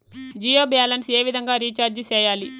Jio balance ఏ విధంగా recharge సేయాలి?